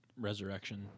Resurrection